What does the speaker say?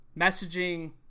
messaging